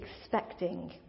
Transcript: expecting